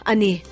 Ani